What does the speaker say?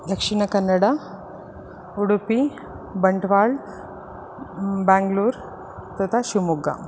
दक्षिणकन्नड उडुपि बण्ट्वाल् बेङ्गलूर् तथा शिमोग्गा